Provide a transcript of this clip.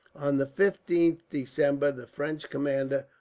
on the fifteenth december the french commander,